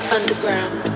Underground